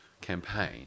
campaign